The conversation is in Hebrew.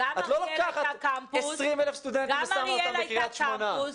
את לא לוקחת 20,000 סטודנטים ושמה אותם בקריית שמונה.